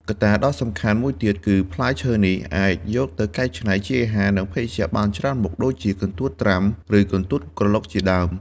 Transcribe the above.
កត្តាដ៏សំខាន់មួយទៀត គឺផ្លែឈើនេះអាចយកទៅកែច្នៃជាអាហារ និងភេសជ្ជៈបានច្រើនមុខ ដូចជា កន្ទួតត្រាំ ឬ កន្ទួតក្រឡុក ជាដើម។